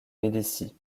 médicis